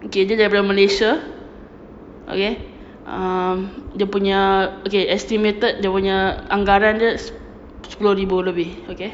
okay dia daripada malaysia okay um dia punya okay estimated dia punya anggaran dia sepuluh ribu lebih okay